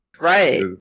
Right